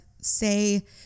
say